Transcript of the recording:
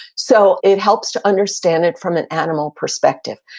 so it helps to understand it from an animal perspective.